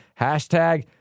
hashtag